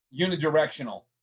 unidirectional